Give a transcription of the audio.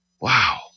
Wow